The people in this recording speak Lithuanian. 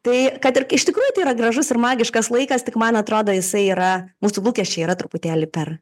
tai kad iš tikrųjų tai yra gražus ir magiškas laikas tik man atrodo jisai yra mūsų lūkesčiai yra truputėlį per